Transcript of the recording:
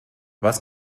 was